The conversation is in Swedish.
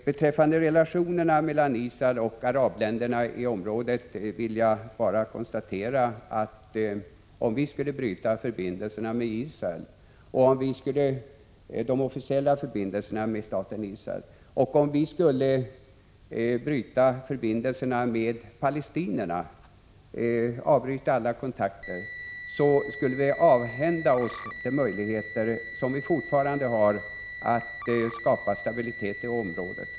Beträffande relationerna mellan Israel och arabländerna i området vill jag bara konstatera, att om vi skulle bryta de officiella förbindelserna med staten Israel och om vi skulle bryta alla kontakter med palestinierna, skulle vi avhända oss de möjligheter som vi fortfarande har att skapa stabilitet i området.